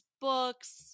books